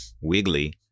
wiggly